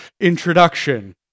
introduction